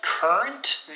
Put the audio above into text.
Current